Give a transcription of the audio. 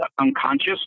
unconscious